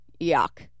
yuck